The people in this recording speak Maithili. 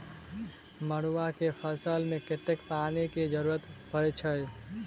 मड़ुआ केँ फसल मे कतेक पानि केँ जरूरत परै छैय?